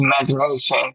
imagination